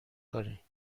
کنی